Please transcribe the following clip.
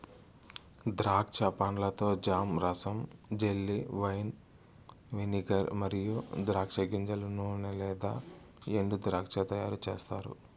ద్రాక్ష పండ్లతో జామ్, రసం, జెల్లీ, వైన్, వెనిగర్ మరియు ద్రాక్ష గింజల నూనె లేదా ఎండుద్రాక్ష తయారుచేస్తారు